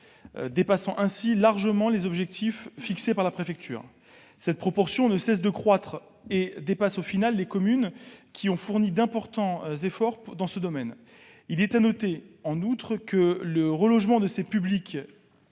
dépassant ainsi largement les objectifs fixés par la préfecture. Cette proportion ne cesse de croître et pénalise au final les communes qui ont fourni d'importants efforts dans ce domaine. Il est à noter, en outre, que le relogement de ces publics